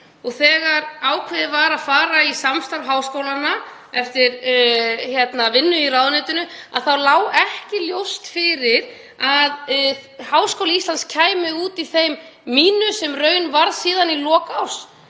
Þegar ákveðið var að fara í samstarf háskólanna eftir vinnu í ráðuneytinu þá lá ekki ljóst fyrir að Háskóli Íslands kæmi út í þeim mínus sem raun varð síðan í lok árs.